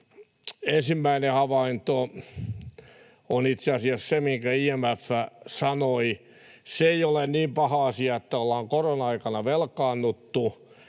Ensimmäinen havainto on itse asiassa se, minkä IMF sanoi, että se ei ole niin paha asia, että ollaan korona-aikana velkaannuttu,